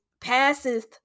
passeth